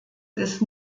ist